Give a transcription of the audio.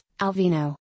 Alvino